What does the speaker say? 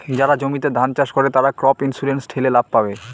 যারা জমিতে ধান চাষ করে, তারা ক্রপ ইন্সুরেন্স ঠেলে লাভ পাবে